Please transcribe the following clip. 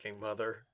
mother